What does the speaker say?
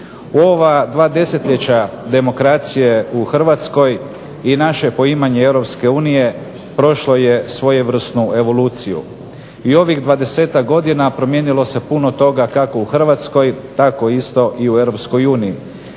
ova dva desetljeća demokracije u Hrvatskoj i naše poimanje EU prošlo je svojevrsnu evoluciju. I ovih 20-ak godina promijenilo se puno toga, kako u Hrvatskoj tako isto i u EU.